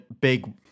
big